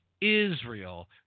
Israel